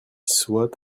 soit